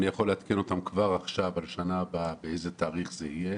אני יכול לעדכן אותם כבר עכשיו על השנה הבאה באיזה תאריך זה יהיה